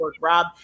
Rob